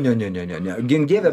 ne ne ne ne ne gink dieve